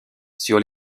sur